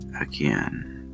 again